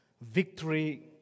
victory